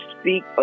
speak